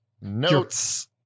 notes